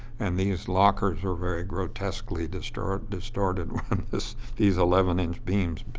and these lockers were very grotesquely distorted distorted when this, these eleven-inch beams,